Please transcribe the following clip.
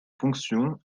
fonction